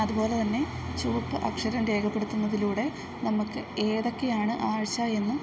അതുപോലെത്തന്നെ ചുവപ്പ് അക്ഷരം രേഖപ്പെടുത്തുന്നതിലൂടെ നമുക്ക് ഏതൊക്കെയാണ് ആഴ്ച്ച എന്ന്